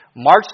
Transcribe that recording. March